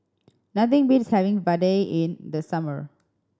nothing beats having vadai in the summer